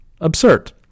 Absurd